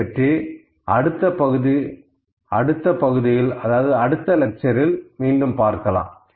அதைப்பற்றி அடுத்த பகுதியில் விரிவுரையில் பார்க்கலாம்